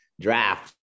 draft